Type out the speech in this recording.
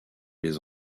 les